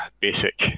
basic